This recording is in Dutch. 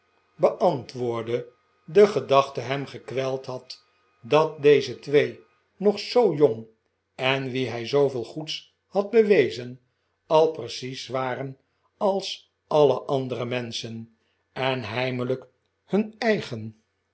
beantwoordde de gedachte hem gekweld had dat deze twee nog zoo jong en wien hij zooveel goeds had bewezen al precies waren als alle andere menschen en heimelijk hurt eigen